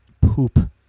poop